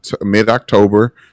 mid-October